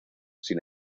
sin